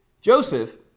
Joseph